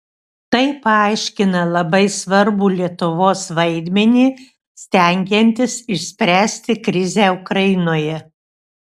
tai paaiškina labai svarbų lietuvos vaidmenį stengiantis išspręsti krizę ukrainoje